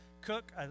Cook